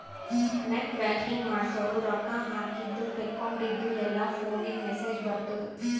net banking ಮಾಡ್ಸುರ್ ರೊಕ್ಕಾ ಹಾಕಿದ ತೇಕೊಂಡಿದ್ದು ಎಲ್ಲಾ ಫೋನಿಗ್ ಮೆಸೇಜ್ ಬರ್ತುದ್